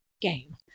game